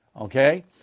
okay